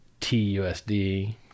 TUSD